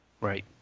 Right